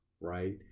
right